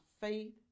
faith